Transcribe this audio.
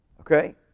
Okay